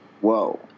Whoa